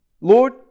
Lord